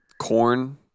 corn